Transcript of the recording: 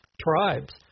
tribes